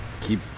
keep